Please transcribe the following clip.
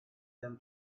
them